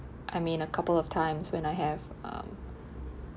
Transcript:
I mean a couple of times when I have um